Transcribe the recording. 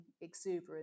exuberant